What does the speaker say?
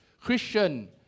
Christian